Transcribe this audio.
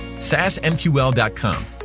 sasmql.com